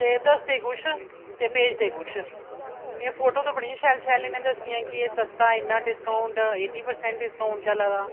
ते दसदे कुछ ते भेजदे कुछ इ'यां फोटो ते बड़ियां शैल शैल इ'यां कि एह् सस्ता इन्ना डिस्काऊट एट्टी प्रसैंट डिस्काऊंट चला